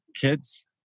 kids